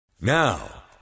Now